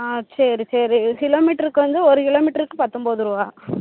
ஆ சரி சரி கிலோ மீட்டருக்கு வந்து ஒரு கிலோ மீட்ருக்கு பத்தொம்பது ருபாய்